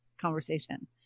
conversation